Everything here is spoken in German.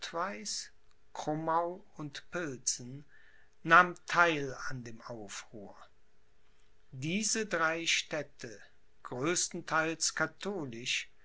krummau und pilsen nahm theil an dem aufruhr diese drei städte größtenteils katholisch